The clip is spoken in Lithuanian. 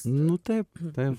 nu taip taip